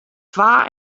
twa